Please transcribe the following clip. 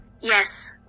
Yes